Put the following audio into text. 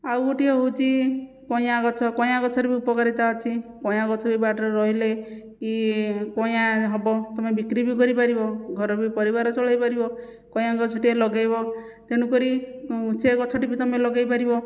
ଆଉ ଗୋଟିଏ ହେଉଛି କଇଁଆ ଗଛ କଇଁଆ ଗଛର ବି ଉପକାରିତା ଅଛି କଇଁଆ ଗଛ ବି ବାଡ଼ିର ରହିଲେ କି କଇଁଆ ହେବ ତୁମେ ବିକ୍ରି ବି କରିପାରିବ ଘରେ ବି ପରିବାର ଚଳାଇପାରିବ କଇଁଆ ଗଛଟିଏ ଲଗାଇବ ତେଣୁକରି ସେ ଗଛଟିବି ତୁମେ ଲଗାଇପାରିବ